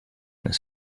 this